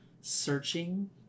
Searching